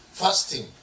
fasting